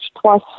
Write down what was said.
twice